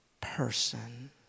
person